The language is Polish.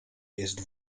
jest